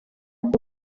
gupfa